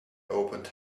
opened